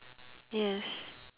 yes